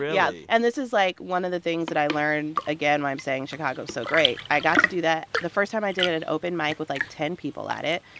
yeah, and this is, like, one of the things that i learned. again, why i'm saying chicago's so great. i got to do that the first time i did, at an open mic with, like, ten people at it,